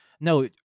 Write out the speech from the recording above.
no